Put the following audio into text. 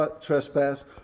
trespass